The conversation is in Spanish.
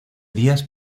días